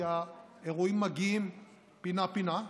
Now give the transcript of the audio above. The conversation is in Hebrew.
כי האירועים מגיעים פינה-פינה,